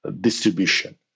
distribution